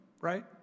right